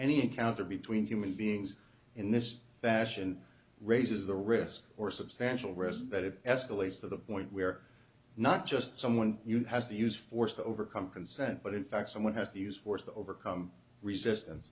any encounter between human beings in this fashion raises the risk or substantial risk that it escalates to the point where not just someone you has the use force to overcome consent but in fact someone has to use force to overcome resistance